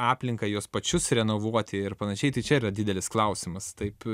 aplinką juos pačius renovuoti ir panašiai tai čia yra didelis klausimas taip